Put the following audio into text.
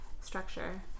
structure